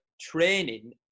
training